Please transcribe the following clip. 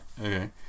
Okay